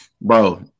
bro